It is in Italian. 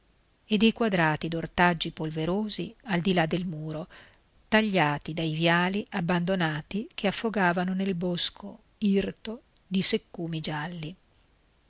e dei quadrati d'ortaggi polverosi al di là del muro tagliati dai viali abbandonati che affogavano nel bosco irto di seccumi gialli